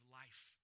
life